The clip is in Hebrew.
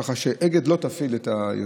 כך שאגד לא תפעיל יותר,